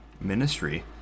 ministry